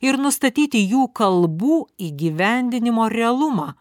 ir nustatyti jų kalbų įgyvendinimo realumą